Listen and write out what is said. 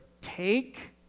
Take